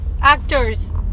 actors